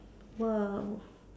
!wow!